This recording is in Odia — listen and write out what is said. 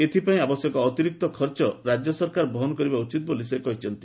ଏଥିପାଇଁ ଆବଶ୍ୟକ ଅତିରିକ୍ତ ଖର୍ଚ୍ଚ ରାଜ୍ୟ ସରକାର ବହନ କରିବା ଉଚିତ ବୋଲି ସେ କହିଛନ୍ତି